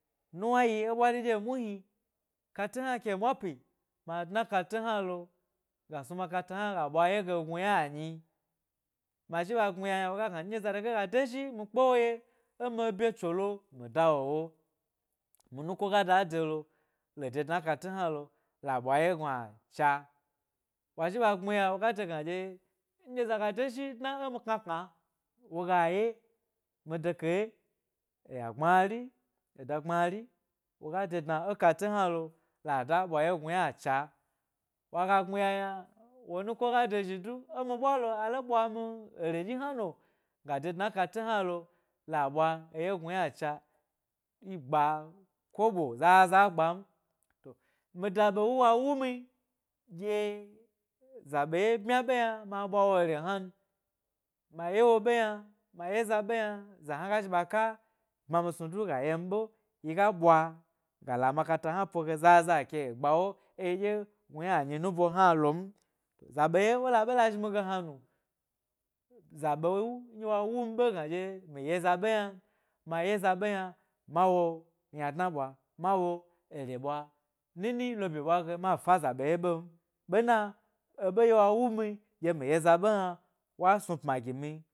Nunna yi ė ɓwari ɗye muhni kate hna ke mwa'pi ma dna e kate hna lo ga snu makata hna ga ɓwa eye gnu yna nyi, ma zhi ɓa gbmiya yna woga gna nɗye zadege ga de zhi nɗye mi kpe wo ye yna emi bye tsolo, mi da wo wo, mi nuko gada de lo la ye gnuacha wa zhi ɓa gbmi ya, woga de gna dye nɗye eza ga de zhi dna ė mi kna kna woga ye, mi deke eyya gbmari eda gbmari woga de dna ekate hnalo lada ɓwa ye gnuacha, waga gbmi yna yna wo nako ga de zhi du emi ɓwalo alo ɓwami ere dyi hna no ga de dna'kate hnalo la ɓwa eye gnuacha yi gba kobo, zaza gba n. To, mida ɓewu wa wuni ɗye za ɓe ye bmya ɓe yna ma ɓwa wo ere hnan ma wo ye ɓe yna, ma ye za ɓe yna za hna ga zhiɓa ka ɓma sni snu du ga yemi ɓe yi ga ɓwa gala makata hna poge zaza gba'wo ė yi ynanyi nubo hna lom, za ɓe ye wo la ɓe la zhnimi ge hna nu zaɓewu nɗye wa wumi ɓe gna dye mi yeza ɓe yna ma wo ynadna ɓwa ma wo ere ɓwa, nini lo ɓye bwa ge ma fa zaɓe ye ɓem ɓena eɓe nɗye wa wumi dyemi ye za ɓe yna wa snu pma gimi.